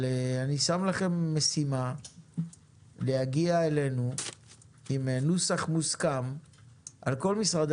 אבל אני שם לכם משימה להגיע אלינו עם נוסח מוסכם על כל משרדי